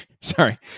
Sorry